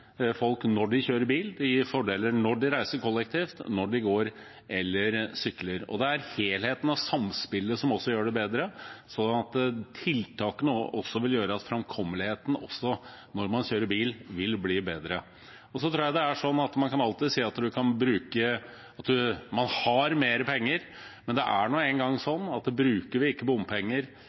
folk når de kjører bil, når de reiser kollektivt, når de går eller sykler. Det er helheten og samspillet som gjør dette bedre, så tiltakene vil gjøre at framkommeligheten også når man kjører bil, vil bli bedre. Jeg tror at man alltid kan si at man har mer penger, men det er nå en gang sånn at brukte vi ikke bompenger